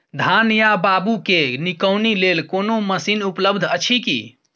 धान या बाबू के निकौनी लेल कोनो मसीन उपलब्ध अछि की?